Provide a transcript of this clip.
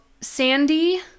Sandy